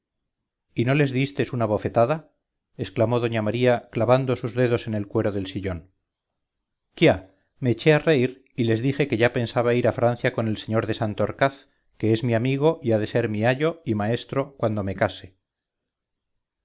y no les distes una bofetada exclamó doña maría clavando sus dedos en el cuero del sillón quia me eché a reír y les dije que ya pensaba ir a francia con el sr de santorcaz que es mi amigo y ha de ser mi ayo y maestro cuando me case